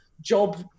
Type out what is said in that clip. job